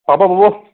পাব পাব